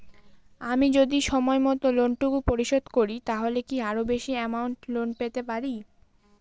আমি যদি সময় মত লোন টুকু পরিশোধ করি তাহলে কি আরো বেশি আমৌন্ট লোন পেতে পাড়ি?